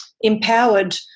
empowered